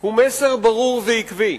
הוא מסר ברור ועקבי.